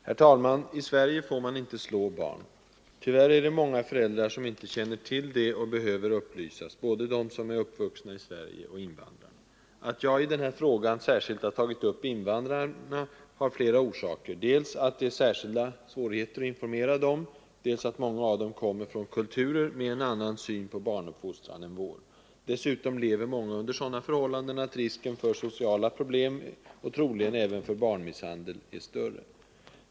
Herr talman! I Sverige får man inte slå barn. Tyvärr är det många föräldrar som inte känner till det och behöver upplysas, både sådana som är uppvuxna i Sverige och invandrare. Att jag i min fråga särskilt har tagit upp invandrarna har flera orsaker. Dels är det särskilda svårigheter att informera dem, dels kommer många av dem från kulturer med eh annan syn på barnuppfostran än vår. Dessutom lever många under sådana förhållanden att risken för sociala problem och troligen även för barnmisshandel är större.